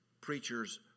preachers